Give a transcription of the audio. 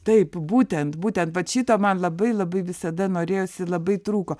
taip būtent būtent vat šito man labai labai visada norėjosi labai trūko